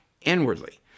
inwardly